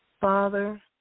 Father